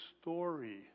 story